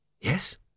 yes